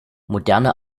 moderne